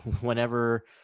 whenever